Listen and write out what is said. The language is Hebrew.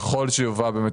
ככל שתובא באמת,